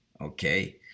Okay